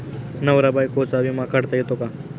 नवरा बायकोचा विमा काढता येतो का?